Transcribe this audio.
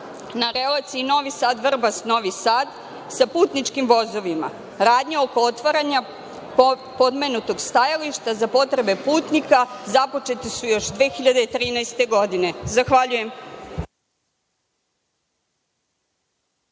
na relaciji Novi Sad-Vrbas-Novi Sad sa putničkim vozovima. Radnje oko otvaranja pomenutog stajališta za potrebe putnika započete su još 2013. godine. Zahvaljujem.